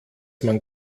man